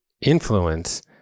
influence